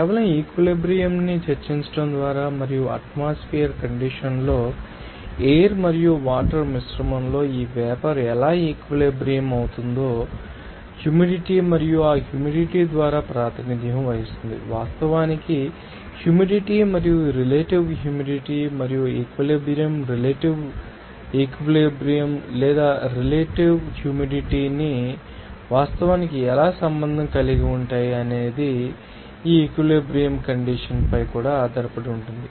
కేవలం ఈక్విలిబ్రియం ిని చర్చించడం ద్వారా మరియు అట్మాస్ఫెర్ కండిషన్స్ లో ఎయిర్ మరియు వాటర్ మిశ్రమంలో ఈ వేపర్ ఎలా ఈక్విలిబ్రియం మవుతుందో హ్యూమిడిటీ మరియు ఆ హ్యూమిడిటీ ద్వారా ప్రాతినిధ్యం వహిస్తుంది వాస్తవానికి హ్యూమిడిటీ మరియు రిలేటివ్ హ్యూమిడిటీ మరియు ఈక్విలిబ్రియం రిలేటివ్ ఈక్విలిబ్రియం త లేదా రిలేటివ్ త హ్యూమిడిటీ అవి వాస్తవానికి ఎలా సంబంధం కలిగి ఉంటాయి అనేది ఆ ఈక్విలిబ్రియం కండిషన్స్ పై కూడా ఆధారపడి ఉంటాయి